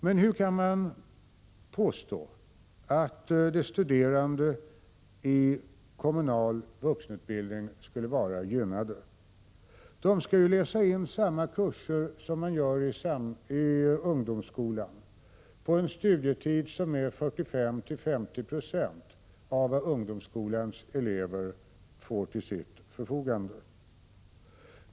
Men hur kan man påstå att de studerande i kommunal vuxenutbildning skulle vara gynnade? De skall läsa in samma kurser som man gör i ungdomsskolan på en studietid som är 45-50 26 av vad ungdomsskolans elever har till sitt förfogande.